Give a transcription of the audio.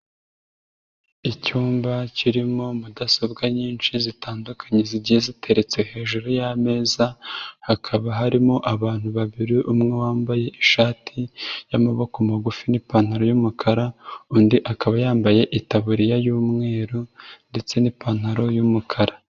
Icyumba kirimo mudasobwa nyinshi zitandukanye zigiye ziteretse hejuru y'ameza, hakaba harimo abantu babiri umwe wambaye ishati y'amaboko magufi n'ipantaro y'umukara, undi akaba yambaye itaburiya y'umweru ndetse n'ipantaro y'umukara.